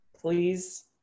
please